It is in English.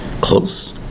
close